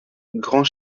grand